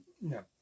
No